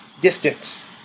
distance